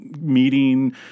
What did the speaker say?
meeting